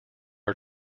are